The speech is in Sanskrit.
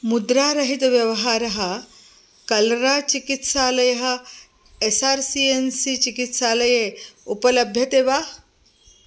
मुद्रारहितव्यवहारः कल्राचिकित्सालयः S R C N C चिकित्सालये उपलभ्यते वा